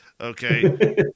Okay